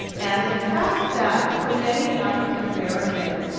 and the fact that, for many african americans,